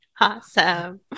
Awesome